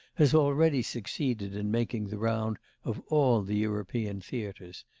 has already succeeded in making the round of all the european theatres,